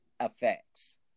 effects